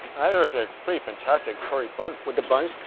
a pretty fantastic curry bun. with the buns,